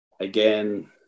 again